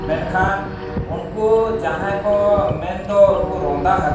ᱢᱮᱱᱠᱷᱟᱱ ᱩᱱᱠᱩ ᱡᱟᱦᱟᱸᱭ ᱠᱚ ᱢᱮᱱᱫᱚ ᱩᱱᱠᱩ ᱨᱚᱸᱫᱟ ᱦᱟᱹᱠᱩ